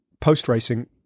post-racing